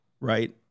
right